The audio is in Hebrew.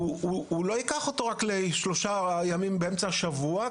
לא ייקח אותו רק לשלושה ימים באמצע השבוע,